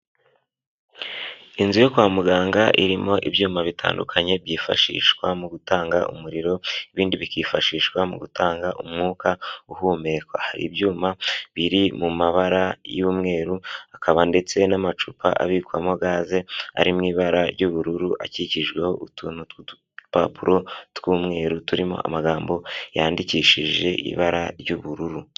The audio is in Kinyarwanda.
Inzu yo kwa muganga irimo ibyuma bitandukanye, byifashishwa mu gutanga umuriro, ibindi bikifashishwa mu gutanga umwuka uhumekwa, hari ibyuma biri mu mabara y'umweru, hakaba ndetse n'amacupa abikwamo gaze, ari mu ibara ry'ubururu, akikijweho utuntu tw'udupapuro tw'umweru, turimo amagambo yandikishije ibara ry'ubururu.